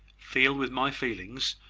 feel with my feelings,